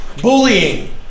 Bullying